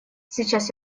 сейчас